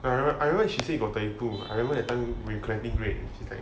I remember she said she got thirty two I remember that time when we were collecting grades